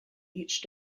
each